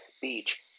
beach